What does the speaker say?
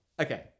Okay